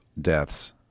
deaths